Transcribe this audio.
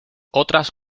otras